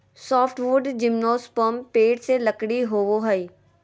softwood gymnosperm पेड़ से लकड़ी होबो हइ